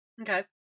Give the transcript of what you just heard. Okay